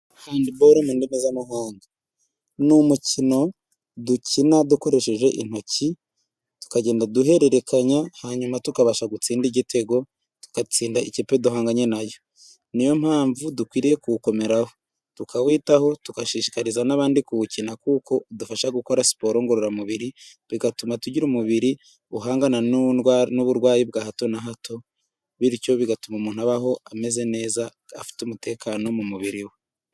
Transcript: Hediboru mu ndimi za mahanga n'umukino dukina dukoresheje intoki, tukagenda duhererekanya hanyuma tukabasha gutsinda igitego, tugatsinda ikipe duhanganye nayo, niyo mpamvu dukwiriye kuwukomeraho, tukawitaho, tugashishikariza n'abandi kuwukina. Kuko udufasha gukora siporo ngororamubiri bigatuma tugira umubiri uhangana n'ndwa n'uburwayi bwa hato na hato, bityo bigatuma umuntu abaho ameze neza afite umutekano mu mubiri we.